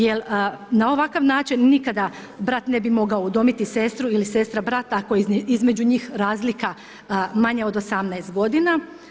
Jer na ovakav način nikada brat ne bi mogao udomiti sestru ili sestra brata ako je između njih razlika manja od 18 godina.